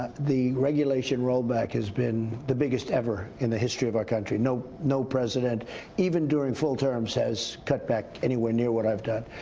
the regulation rollback has been the biggest ever in the history of our country. no no president even during full terms has cut back anywhere near what i have done.